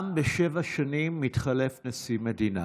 אחת לשבע שנים מתחלף נשיא מדינה.